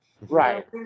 Right